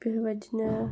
बेफोरबायदिनो